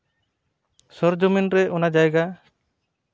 ᱥᱩᱨ ᱡᱩᱢᱤᱱ ᱨᱮ ᱚᱱᱟ ᱡᱟᱭᱜᱟ